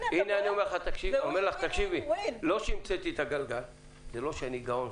זה לא שהמצאתי את הגלגל וזה לא שאני גאון.